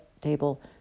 table